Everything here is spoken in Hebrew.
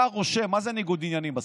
אתה רושם, מה זה ניגוד עניינים בסוף?